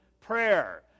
prayer